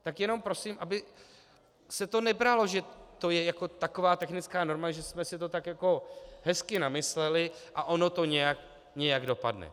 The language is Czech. Tak jenom prosím, aby se to nebralo, že to je jako taková technická norma, že jsme si to tak jako hezky namysleli a ono to nějak dopadne.